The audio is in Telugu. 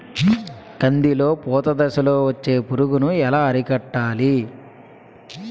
కందిలో పూత దశలో వచ్చే పురుగును ఎలా అరికట్టాలి?